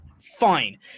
Fine